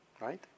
Right